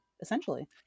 essentially